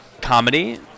comedy